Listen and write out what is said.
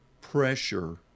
pressure